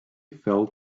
fell